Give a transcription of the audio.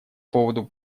поводу